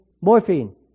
morphine